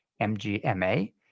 mgma